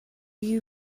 you